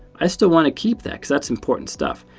i still want to keep that because that's important stuff.